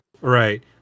right